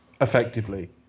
Effectively